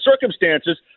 circumstances